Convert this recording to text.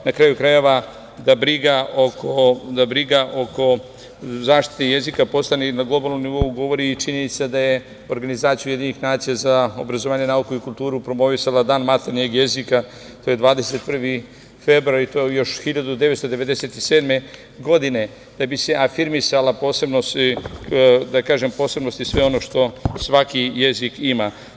Na kraju krajeva, briga oko zaštite jezika postoji i na globalnom nivou govori činjenica da je Organizacija UN za obrazovanje, nauku i kulturu promovisala dan maternjeg jezika, to je 21. februar i to još 1997. godine da bi se afirmisala posebnost i sve ono što svaki jezik ima.